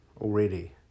already